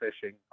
fishing